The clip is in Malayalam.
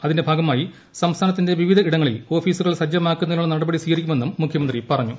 അതിന്റെ ഭാഗമായി സംസ്ഥാനത്തിന്റെ വിവിധ് ഇടങ്ങളിൽ ഓഫീസുകൾ സജ്ജമാക്കുന്നതിനുളള നടപടി സ്വീകരിക്കുമെന്നും മുഖ്യമന്ത്രി പറഞ്ഞു